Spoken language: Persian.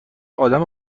آدم